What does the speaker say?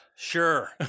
Sure